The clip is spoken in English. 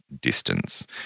distance